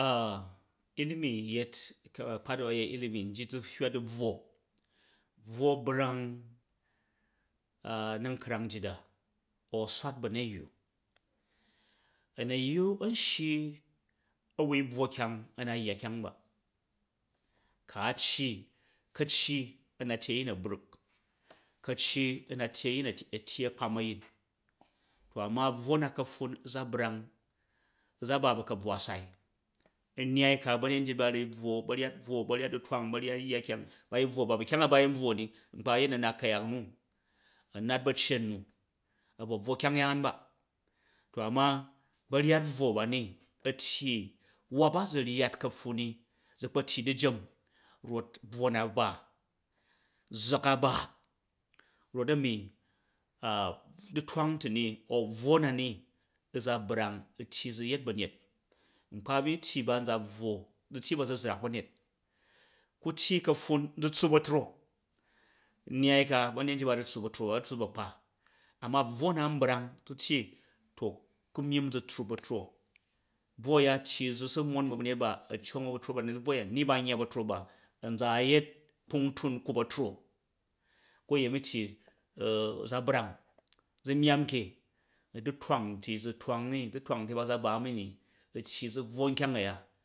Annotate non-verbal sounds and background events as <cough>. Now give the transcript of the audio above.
<hesitation> shimi yet, a̱kpat u̱ a̱yei ilimi nyit za̱ hwa di bvwo, bvwo brang na̱ kwang nyit a̱ au swat ba̱nyayye, anyeyye a̱n shyi a̱ wai tuwo kyang a̱ na yya kyang ba, kra̱ iyi, ka̱ryi ə na yyi ayin a̱ bruk, ka̱ryi a̱ na tyyi a̱yin a̱ tyyi a̱kpam a̱yi, to a̱ma bvwo na ka̱ffun za brang u̱ za ba ba̱ ka̱brak saim nnyai ka ba̱nyet nyit ba̱ a̱ ru bvwo ba̱ryyat bvwo ba̱yyat ḏlwang ba yin bvwa ba, bu̱ kipinga ba̱ yin bvwo ni ayin a̱ nat ku̱yaknu a̱ nat ba̱ccen nu, a bvo bvwo kyang yaan ba, to ana ba̱nyyat bro bomi a̱ tyi wap a̱ zu ryyat ka̱pffun ni zu kpa tyyi is diyem rot bvwo na ba zzak a̱ ba rot a̱mi <hesitation> du̱twang tini au bvwo na̱ni za brang u̱ tyyi zu̱ yet ba̱nyet nkpa min tyyi ba nza bvwo zu̱ tyyi ba̱zuzrak ba̱net ku̱tyyi ka̱pffun zu tsuup ba̱tro ba ba tsuup bu̱ a̱kpa ama bvwo na nbrang ku̱ tyyi to ku̱ myimm za̱ tsuup ba̱tro bwo a̱ya tyyi zu̱ mon ba̱ ba̱nyet ba a̱ cong ba̱ ba̱tro ba ni ba yya bu̱ ba̱tro, a̱nzan a̱ryet kpung tunkup a̱tro ku̱yemi tyyi <hesitation> a̱ za brang zu̱ myamm ke u̱ du̱twang ti zu̱ twang ni u̱ du̱twang ti ba za ba mi ni u̱ tyyi za bvwo nkyang a̱ya.